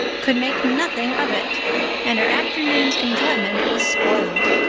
could make nothing of it and her afternoon's enjoyment was spoiled.